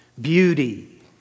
Beauty